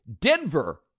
Denver